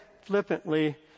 flippantly